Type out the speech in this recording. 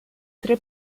tre